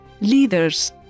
leaders